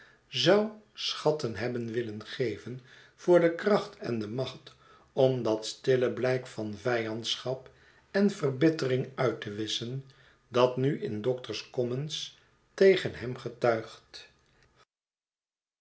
zou schatten hebben willen geven voor de kracht en de macht om dat stille blijk van vijandschap en verbittering uit te wisschen dat nu in doctor's commons tegen hem getuigt